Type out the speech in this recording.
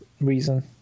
reason